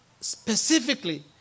specifically